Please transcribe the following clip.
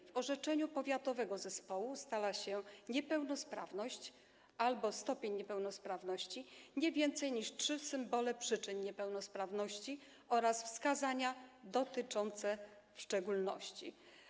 W orzeczeniu powiatowego zespołu ustala się niepełnosprawność albo stopień niepełnosprawności, nie więcej niż trzy symbole przyczyn niepełnosprawności oraz wskazania dotyczące w szczególności: